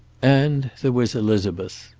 and there was elizabeth.